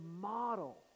model